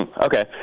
Okay